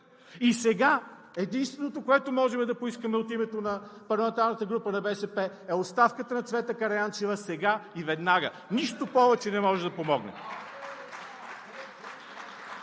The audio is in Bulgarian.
И сега единственото, което можем да поискаме от името на парламентарната група на БСП, е оставката на Цвета Караянчева сега и веднага! Нищо повече не може да помогне!